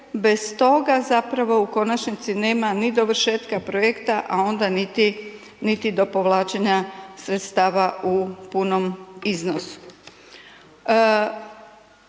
bez toga zapravo u konačnici nema ni dovršetka projekta, a onda niti do povlačenja sredstava u punom iznosu.